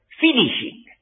Finishing